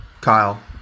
Kyle